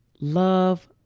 love